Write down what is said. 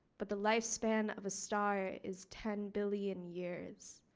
but the lifespan of a star is ten billion years.